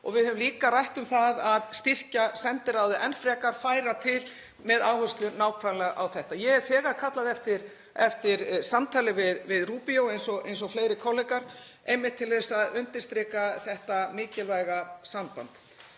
og við höfum líka rætt um það að styrkja sendiráðið enn frekar, færa til með áherslu nákvæmlega á þetta. Ég hef þegar kallað eftir samtali við Rubio eins og fleiri kollegar, einmitt til að undirstrika þetta mikilvæga samband.